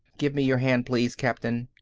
give me your hand, please, captain,